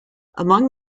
among